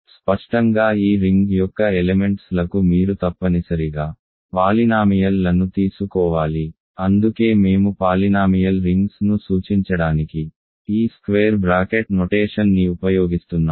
స్పష్టంగా ఈ రింగ్ యొక్క ఎలెమెంట్స్ లకు మీరు తప్పనిసరిగా పాలినామియల్ లను తీసుకోవాలి అందుకే మేము పాలినామియల్ రింగ్స్ ను సూచించడానికి ఈ స్క్వేర్ బ్రాకెట్ నొటేషన్ ని ఉపయోగిస్తున్నాము